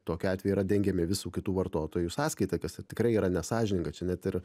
tokiu atveju yra dengiami visų kitų vartotojų sąskaita kas tikrai yra nesąžininga čia net ir